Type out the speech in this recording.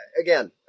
again